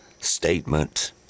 statement